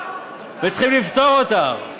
וצריכים לפתור אותן.